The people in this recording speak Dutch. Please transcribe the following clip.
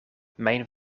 mijn